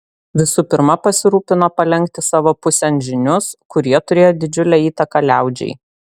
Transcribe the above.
visų pirma pasirūpino palenkti savo pusėn žynius kurie turėjo didžiulę įtaką liaudžiai